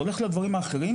אתה הולך לדברים האחרים